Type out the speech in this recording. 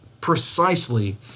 precisely